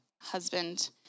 husband